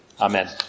Amen